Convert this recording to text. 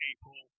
April